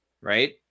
Right